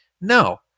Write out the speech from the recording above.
No